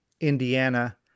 Indiana